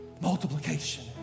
Multiplication